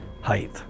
height